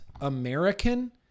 American